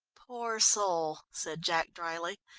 poor soul, said jack dryly,